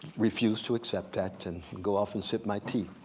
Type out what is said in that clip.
refuse to accept that and go off and sip my tea.